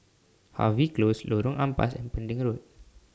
Harvey Close Lorong Ampas and Pending Road